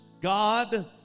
God